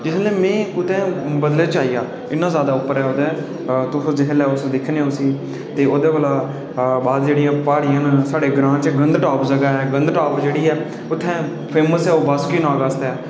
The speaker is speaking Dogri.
में कुतै बदलें च आई गेआ इन्ना ज्यादा उप्पर ऐ तुस जिसलै दिक्खने उस्सी ते ओह्दे कोला बाद जेह्ड़ियां प्हाड़ियां न साढे ग्रांऽ च गंद टॉप जगह् ऐ ते गंद टॉप ऐ जेह्ड़ा फेमस ऐ ओह् बासुकि नाग आस्तै